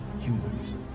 humans